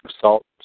salt